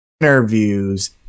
interviews